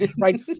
right